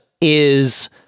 is-